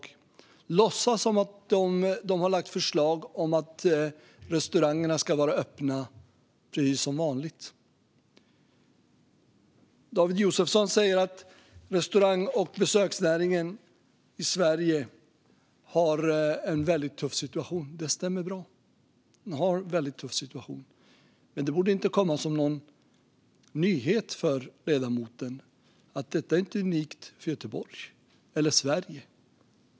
De låtsas som att de har lagt fram förslag om att restaurangerna ska vara öppna precis som vanligt. David Josefsson säger att restaurang och besöksnäringen i Sverige har en väldigt tuff situation. Det stämmer bra. Den har en väldigt tuff situation. Men det borde inte komma som någon nyhet för ledamoten att detta inte är unikt för Göteborg eller Sverige.